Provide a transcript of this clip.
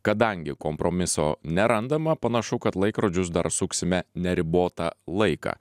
kadangi kompromiso nerandama panašu kad laikrodžius dar suksime neribotą laiką